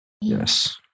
Yes